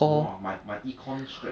doesn't matter just get your feel back